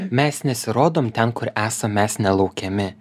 mes nesirodom ten kur esam mes nelaukiami